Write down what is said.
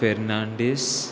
Fernandes